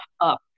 up